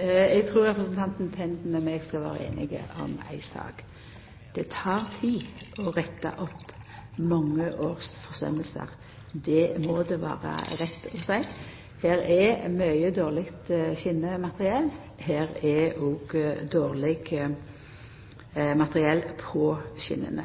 Eg trur representanten Tenden og eg skal vera samde om ei sak: Det tek tid å retta opp mange års forsømingar. Det må det vera rett å seia. Her er det mykje dårleg skjenemateriell, og det er òg dårleg materiell på skjenene.